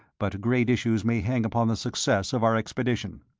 but great issues may hang upon the success of our expedition.